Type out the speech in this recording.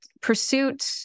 pursuit